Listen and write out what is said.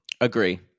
Agree